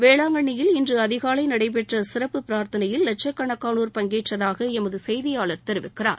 வேளாங்கண்ணியில் இன்று அதிகாலை நடைபெற்ற சிறப்புப் பிரார்த்தனையில் லட்சக்கணக்கானோர் பங்கேற்றதாக எமது செய்தியாளர் தெரிவிக்கிறார்